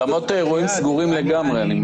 אני מזכיר שאולמות האירועים סגורים לגמרי.